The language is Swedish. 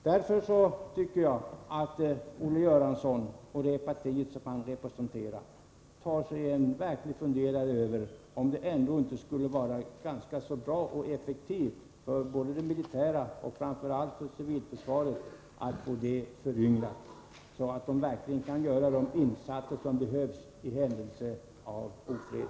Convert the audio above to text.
Därför tycker jag att Olle Göransson och det parti som han representerar skall ta sig en verklig funderare över om det ändå inte skulle vara ganska bra och effektivt för både det militära försvaret och framför allt civilförsvaret med en föryngring, så att de värnpliktiga det gäller verkligen kan göra de insatser som behövs i händelse av ofred.